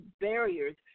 barriers